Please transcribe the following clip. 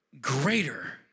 greater